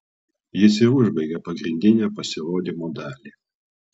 jis ir užbaigė pagrindinę pasirodymo dalį